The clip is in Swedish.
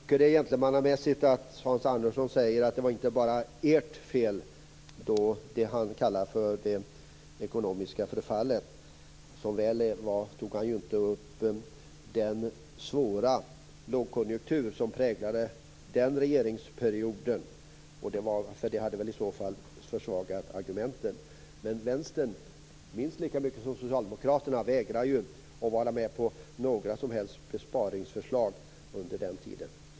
Fru talman! Det är gentlemannamässigt att Hans Anderson säger: Det var inte bara ert fel, när han talar om det han kallar för det ekonomiska förfallet. Han tog inte upp den svåra lågkonjunktur som präglade den regeringsperioden. Det hade väl i så fall försvagat argumenten. Vänstern vägrade minst lika mycket som Socialdemokraterna att vara med på några som helst besparingsförslag under den tiden.